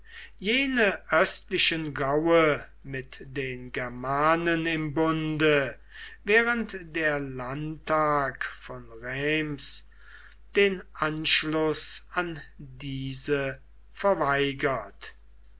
jene östlichen gaue mit den germanen im bunde während der landtag von reims den anschluß an diese verweigert